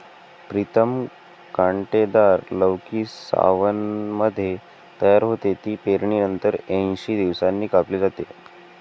प्रीतम कांटेदार लौकी सावनमध्ये तयार होते, ती पेरणीनंतर ऐंशी दिवसांनी कापली जाते